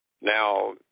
Now